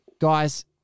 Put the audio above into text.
Guys